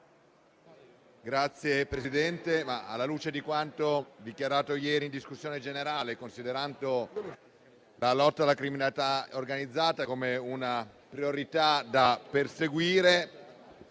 Signor Presidente, alla luce di quanto dichiarato ieri in discussione generale, considerando la lotta alla criminalità organizzata come una priorità da perseguire,